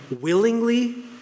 willingly